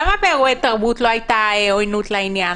למה באירועי תרבות לא הייתה עוינות לעניין?